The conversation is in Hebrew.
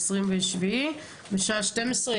ב-27 לחודש בשעה 12:00,